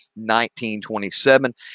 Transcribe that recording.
1927